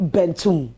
Bentum